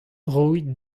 roit